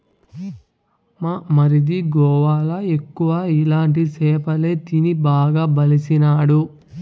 మా మరిది గోవాల ఎక్కువ ఇలాంటి సేపలే తిని బాగా బలిసినాడు